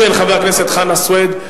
של חבר הכנסת חנא סוייד.